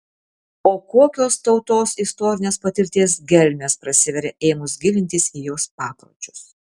o kokios tautos istorinės patirties gelmės prasiveria ėmus gilintis į jos papročius